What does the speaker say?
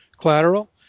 collateral